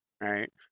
right